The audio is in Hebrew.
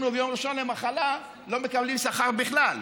אצלנו ביום הראשון למחלה לא מקבלים שכר בכלל.